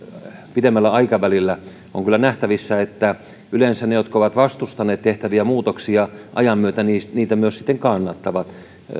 pidemmällä aikavälillä on kyllä nähtävissä että yleensä ne jotka ovat vastustaneet tehtäviä muutoksia ajan myötä niitä niitä sitten kannattavat